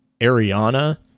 Ariana